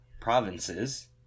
Provinces